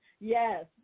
Yes